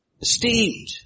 esteemed